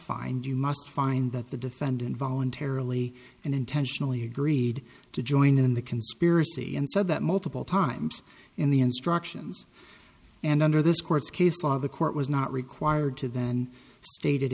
find you must find that the defendant voluntarily and intentionally agreed to join in the conspiracy and so that multiple times in the instructions and under this court's case law the court was not required to then stated